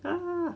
!huh!